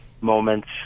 moments